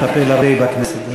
מטפל הרבה בכנסת.